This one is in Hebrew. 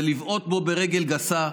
זה לבעוט בו ברגל גסה,